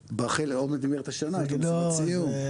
עוד מעט נגמרת השנה, יש מסיבות סיום.